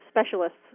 specialists